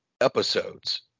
episodes